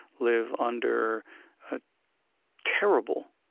live under a terrible,